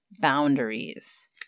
boundaries